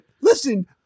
Listen